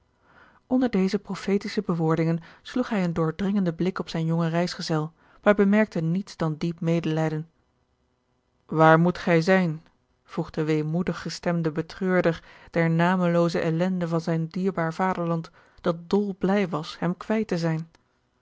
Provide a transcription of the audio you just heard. onder deze prophetische bewoordingen sloeg hij een doordringenden blik op zijn jongen reisgezel maar bemerkte niets dan diep medelijden waar moet gij zijn vroeg de weemoedig gestemde betreurder der namelooze ellende van zijn dierbaar vaderland dat dol blij was hem kwijt te zijn